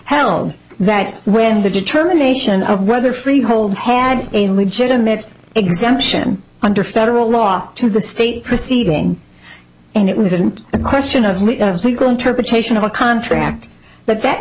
held that when the determination of whether freehold had a legitimate exemption under federal law to the state proceeding and it wasn't a question of legal interpretation of a contract but that